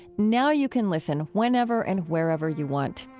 now you can listen whenever and wherever you want.